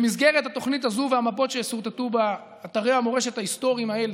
במסגרת התוכנית הזאת והמפות שיסורטטו באתרי המורשת ההיסטוריים האלה,